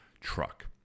truck